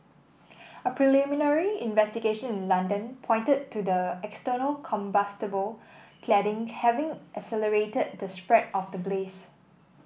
a preliminary investigation in London pointed to the external combustible cladding having accelerated the spread of the blaze